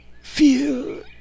feel